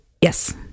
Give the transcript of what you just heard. Yes